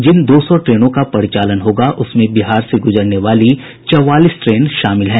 जिन दो सौ ट्रेनों का परिचालन होगा उसमें बिहार से गुजरने वाली चौबालीस ट्रेन शामिल हैं